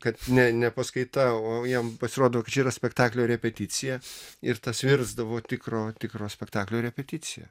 kad ne ne paskaita o jam pasirodo kad čia yra spektaklio repeticija ir tas virsdavo tikro tikro spektaklio repeticija